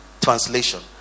translation